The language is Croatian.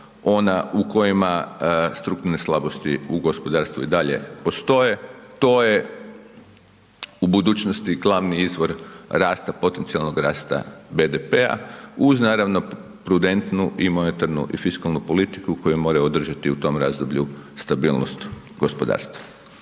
ona u kojima strukturne slabosti u gospodarstvu i dalje postoje. To je u budućnosti glavni izvor rasta, potencijalnog rasta BDP-a uz naravno prudentnu i monetarnu i fiskalnu politiku koju moraju održati u tom razdoblju stabilnost gospodarstva.